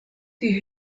die